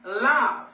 love